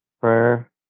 prayer